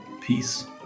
peace